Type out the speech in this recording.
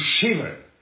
shiver